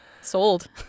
Sold